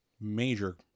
major